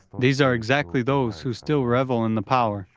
these are exactly those who still revel in the power,